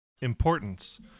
importance